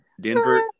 Denver